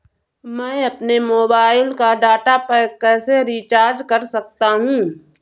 मैं अपने मोबाइल का डाटा पैक कैसे रीचार्ज कर सकता हूँ?